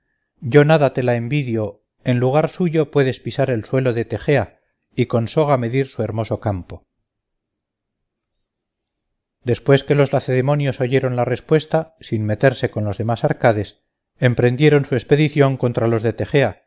yo nada te la envidio en lugar suyo puedes pisar el suelo de tegea y con soga medir su hermoso campo después que los lacedemonios oyeron la respuesta sin meterse con los demás arcades emprendieron su expedición contra los de